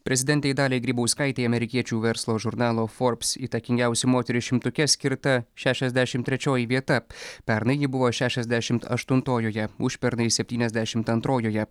prezidentei daliai grybauskaitei amerikiečių verslo žurnalo forbs įtakingiausių moterų šimtuke skirta šešiasdešimt trečioji vieta pernai ji buvo šešiasdešimt aštuntojoje užpernai septyniasdešimt antrojoje